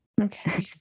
Okay